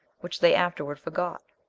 which they afterward forgot.